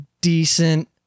decent